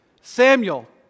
Samuel